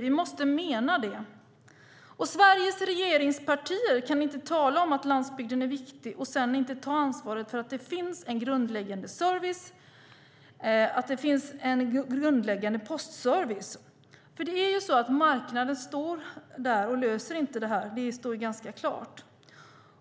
Vi måste mena det. Sveriges regeringspartier kan inte tala om att landsbygden är viktig och sedan inte ta ansvar för att det finns en grundläggande service och en grundläggande postservice, för marknaden löser inte detta. Det står ganska klart.